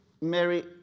Mary